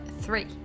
three